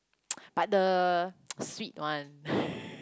but the sweet one